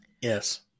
Yes